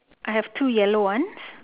I have two yellow ones